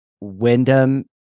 wyndham